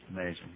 amazing